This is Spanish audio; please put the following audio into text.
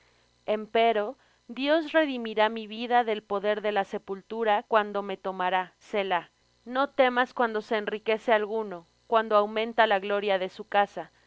morada empero dios redimirá mi vida del poder de la sepultura cuando me tomará selah no temas cuando se enriquece alguno cuando aumenta la gloria de su casa